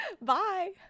Bye